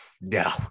no